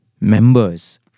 members